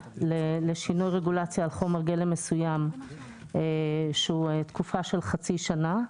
לשינוי רגולציה על חומר גלם מסוים שהוא תקופה של חצי שנה,